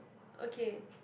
okay